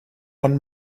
von